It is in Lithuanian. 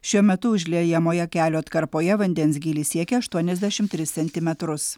šiuo metu užliejamoje kelio atkarpoje vandens gylis siekia aštuoniasdešimt trys centimetrus